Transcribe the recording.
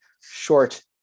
short